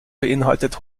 beinhaltet